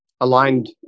aligned